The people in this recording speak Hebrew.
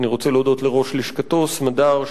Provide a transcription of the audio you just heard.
אני רוצה להודות לראש לשכתו סמדר,